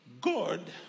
God